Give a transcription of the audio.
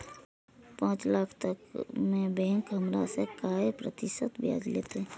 पाँच लाख तक में बैंक हमरा से काय प्रतिशत ब्याज लेते?